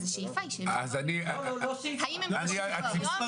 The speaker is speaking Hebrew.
אז השאיפה היא --- לא, לא, לא שאיפה.